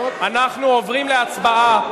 אנחנו עוברים להצבעה,